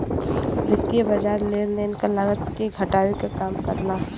वित्तीय बाज़ार लेन देन क लागत के घटावे क काम करला